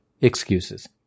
excuses